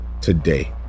today